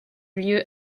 lieu